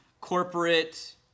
corporate